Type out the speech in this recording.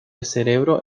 cerebro